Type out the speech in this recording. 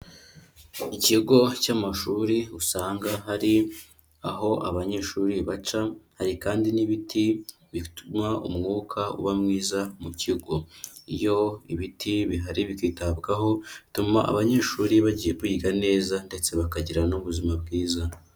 Ikigo cy'amashuri usanga hari aho abanyeshuri baca, hari kandi n'ibiti bituma umwuka uba mwiza mu kigo, iyo ibiti bihari bikitabwaho bituma abanyeshuri bagiye kwiga neza, ndetse bakagira n'ubuzima bwiza.